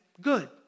good